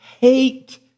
hate